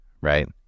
Right